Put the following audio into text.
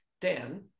Dan